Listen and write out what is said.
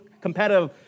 competitive